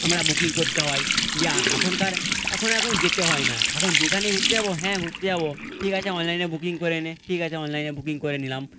আমরা বুকিং করতে হয় দিয়ে এখনকার এখন আর কোনো যেতে হয় না এখন যেখানেই ঘুরতে যাব হ্যাঁ ঘুরতে যাব ঠিক আছে অনলাইনে বুকিং করে নে ঠিক আছে অনলাইনে বুকিং করে নিলাম